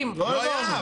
אל תספר לי מה היה בכנסת